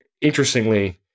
interestingly